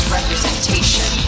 representation